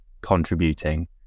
contributing